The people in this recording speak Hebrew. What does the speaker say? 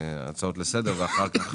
להציע הצעות לסדר ואחר כך